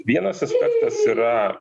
vienas aspektas yra